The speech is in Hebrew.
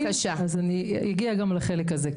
אני אגיע גם לחלק הזה.